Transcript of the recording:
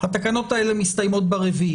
התקנות האלה מסתיימות ב-4,